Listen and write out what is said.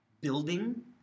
building